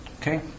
Okay